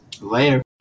Later